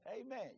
Amen